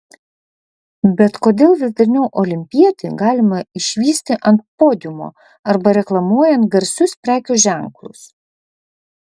bet kodėl vis dažniau olimpietį galima išvysti ant podiumo arba reklamuojant garsius prekių ženklus